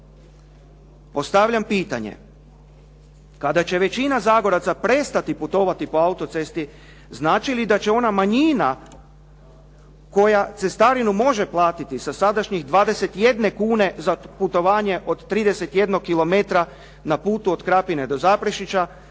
Postavljam pitanje, kada će većina Zagoraca prestati putovati po autocesti? Znači li da će ona manjina koja cestarinu može platiti sa sadašnjih 21 kune za putovanje od 31 kilometra na putu od Krapine do Zaprešića